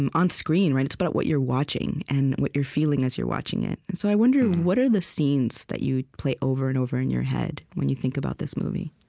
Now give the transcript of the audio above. and onscreen. it's about what you're watching, and what you're feeling as you're watching it. and so i wonder, what are the scenes that you play over and over in your head, when you think about this movie?